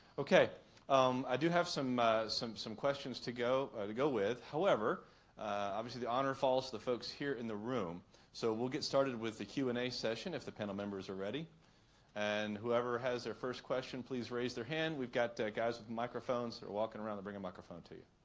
ok i do have some some some questions to go to go with, however obviously the honor falls the folks here in the room so we'll get started with the q and a session if the panel members are ready and whoever has their first question please raise their hand. we've got guys with microphones they're walking around the bring a microphone to you.